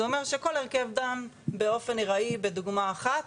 זה אומר שכל הרכב דן באופן ארעי בדוגמא אחת,